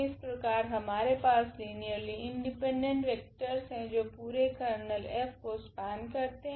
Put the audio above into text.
इस प्रकार हमारे पास लीनियरली इंडिपेंडेंट वेक्टरस है जो पूरे कर्नेल F को स्पेन करते है